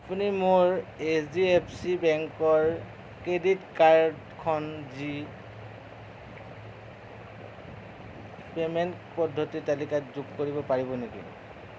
আপুনি মোৰ H D F C বেংকৰ ক্ৰেডিট কাৰ্ডখন জি পে'মেণ্ট পদ্ধতিৰ তালিকাত যোগ কৰিব পাৰিব নেকি